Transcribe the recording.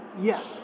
Yes